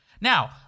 Now